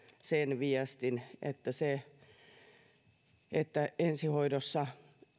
sen viestin että ensihoidossa